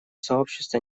сообщество